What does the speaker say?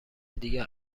دیگر